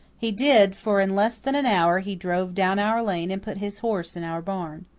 he did, for in less than an hour he drove down our lane and put his horse in our barn.